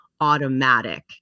automatic